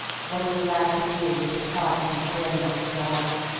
what is a lad to do with his heart and his brain at strife?